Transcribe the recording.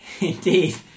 Indeed